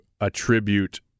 attribute